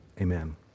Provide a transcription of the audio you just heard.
Amen